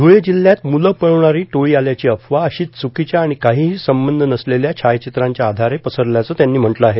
धुळे जिल्ह्यात मुलं पळवणारी टोळी आल्याची अफवा अशीच चुकीच्या आणि काहीही संबंध नसलेल्या छायाचित्रांच्या आधारे पसरल्याचं त्यांनी म्हटलं आहे